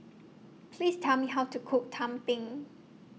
Please Tell Me How to Cook Tumpeng